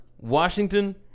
Washington